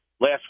last